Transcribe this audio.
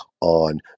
on